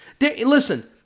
Listen